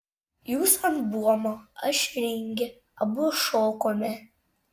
jūs ant buomo aš ringe abu šokome